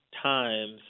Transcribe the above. times